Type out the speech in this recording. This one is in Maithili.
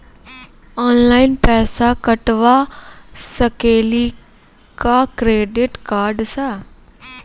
ऑनलाइन पैसा कटवा सकेली का क्रेडिट कार्ड सा?